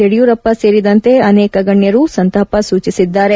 ಯಡಿಯೂರಪ್ಪ ಸೇರಿದಂತೆ ಅನೇಕ ಗಣ್ಣರು ಸಂತಾಪ ಸೂಚಿಸಿದ್ದಾರೆ